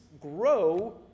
grow